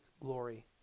glory